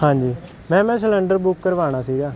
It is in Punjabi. ਹਾਂਜੀ ਮੈਮ ਮੈਂ ਸਿਲੰਡਰ ਬੁੱਕ ਕਰਵਾਉਣਾ ਸੀਗਾ